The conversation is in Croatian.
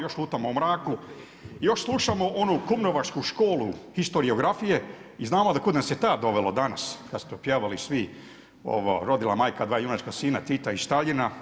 Još lutamo u mraku, još slušamo onu kumrovačku školu historiografije i znamo kud nas je to dovelo danas kad ste pjevali svi „Rodila majka dva junačka sina Tita i Staljin“